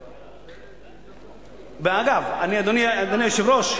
אגב, אדוני היושב-ראש,